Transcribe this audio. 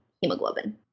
hemoglobin